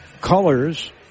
colors